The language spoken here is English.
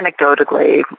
anecdotally